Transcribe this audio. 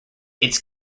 its